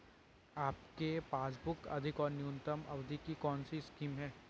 आपके पासबुक अधिक और न्यूनतम अवधि की कौनसी स्कीम है?